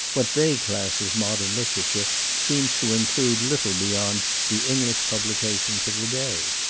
what they class as modern literature seems to include little beyond the english publications of the day.